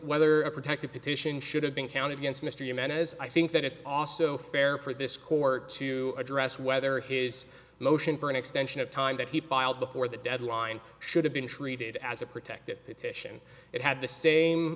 whether a protective petition should have been counted against mr menace i think that it's also fair for this court to address whether his motion for an extension of time that he filed before the deadline should have been treated as a protective titian it had the same